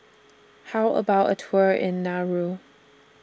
How about A Tour in Nauru